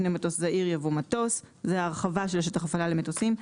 לפני "מטוס זעיר" יבוא "מטוס"; זה ההרחבה של שטח הפעלה למטוסים.